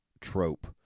trope